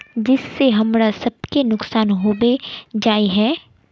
जिस से हमरा सब के नुकसान होबे जाय है?